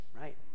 Right